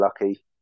lucky